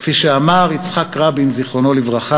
כפי שאמר יצחק רבין ז"ל